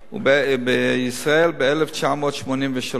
ובישראל, ב-1983.